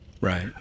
Right